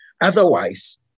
Otherwise